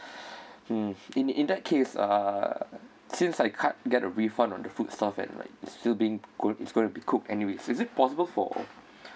mm in in that case uh since I can't get a refund on the food stuff and like still being cook it's going to be cooked anyways is it possible for